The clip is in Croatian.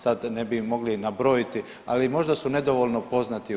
Sad ne bi ih mogli nabrojiti, ali možda su nedovoljno poznati u